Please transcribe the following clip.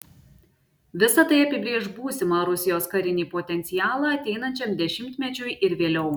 visa tai apibrėš būsimą rusijos karinį potencialą ateinančiam dešimtmečiui ir vėliau